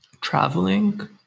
Traveling